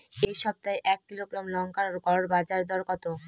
এই সপ্তাহে এক কিলোগ্রাম লঙ্কার গড় বাজার দর কত?